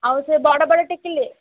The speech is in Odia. ଆଉ ସେ ବଡ଼ବାଲା ଟିକିଲି